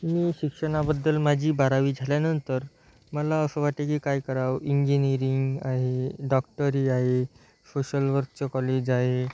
मी शिक्षणाबद्दल माझी बारावी झाल्यानंतर मला असं वाटे की काय करावं इंजिनीअरिंग आहे डॉक्टरी आहे सोशल वर्कचं कॉलेज आहे